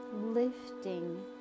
lifting